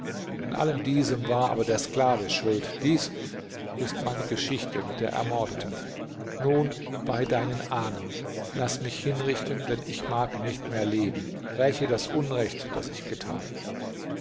an allem diesem war aber der sklave schuld dies ist meine geschichte mit der ermordeten nun bei deinen ahnen laß mich hinrichten denn ich mag nicht mehr leben räche das unrecht das ich getan